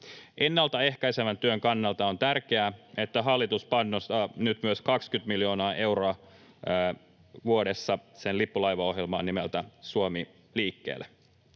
Ennalta ehkäisevän työn kannalta on tärkeää, että hallitus panostaa nyt myös 20 miljoonaa euroa vuodessa sen lippulaivaohjelmaan nimeltä ”Suomi liikkeelle”.